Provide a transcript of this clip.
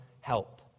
help